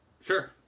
Sure